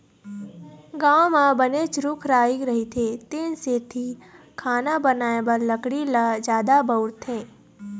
गाँव म बनेच रूख राई रहिथे तेन सेती खाना बनाए बर लकड़ी ल जादा बउरथे